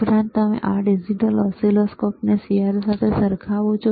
ઉપરાંત તમે આ ડિજિટલ ઓસિલોસ્કોપને CRO સાથે સરખાવો છો